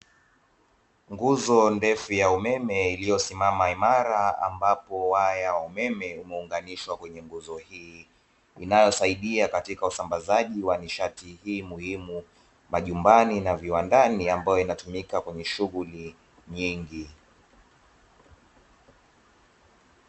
Nguzo ndefu ya umeme iliyosimama imara ambapo waya wa umeme umeunganishwa kwenye nguzo hii, inayosaidia katika usambazaji wa nishati hii muhimu majumbani na viwandani ambayo inatumika katika shughuli nyingi.